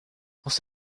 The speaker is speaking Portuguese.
você